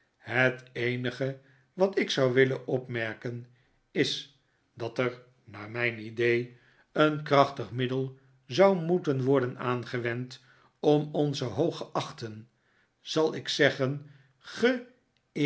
het eenige wat ik zou willen opmerken is dat er naar mijn idee een krachtig middel zou moeten worden aangewend om onzen hooggeachten zal ik zeggen